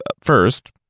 first